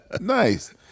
Nice